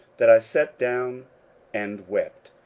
that i sat down and wept,